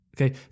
okay